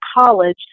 college